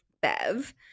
bev